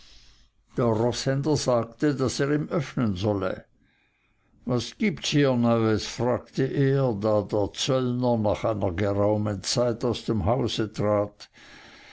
der roßhändler sagte daß er ihm öffnen solle was gibt's hier neues fragte er da der zöllner nach einer geraumen zeit aus dem hause trat